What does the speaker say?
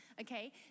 okay